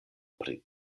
pri